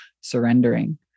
surrendering